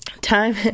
Time